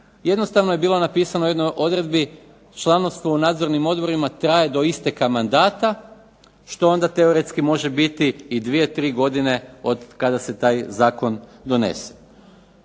jednostavno je bilo napisano u jednoj odredbi, članstvo u nadzornim odborima traje do isteka mandata, što onda teoretski može biti i dvije, tri godine od kada se taj zakon donese.